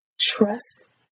trust